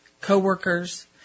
coworkers